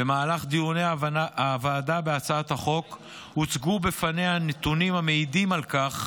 במהלך דיוני הוועדה בהצעת החוק הוצגו בפניה נתונים המעידים על כך